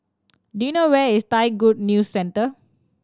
do you know where is Thai Good News Centre